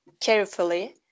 carefully